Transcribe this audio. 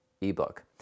ebook